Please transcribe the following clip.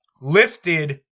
lifted